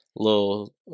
Little